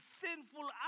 sinful